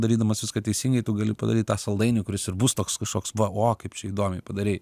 darydamas viską teisingai tu gali padaryt tą saldainių kuris ir bus toks kažkoks va o kaip čia įdomiai padarei